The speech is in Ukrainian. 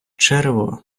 черево